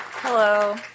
Hello